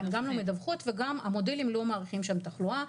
הן גם לא מדווחות וגם המודלים לא מעריכים שם תחלואה.